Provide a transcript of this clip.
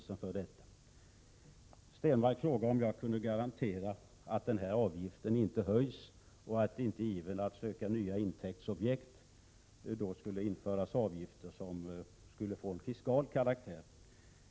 Stenmarck frågade om jag kan garantera att avgiften inte höjs och att man inte i ivern efter att söka nya intäktsobjekt skulle införa avgifter av fiskal karaktär.